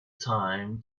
time